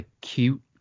cute